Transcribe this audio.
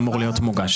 אמור להיות מוגש.